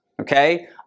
okay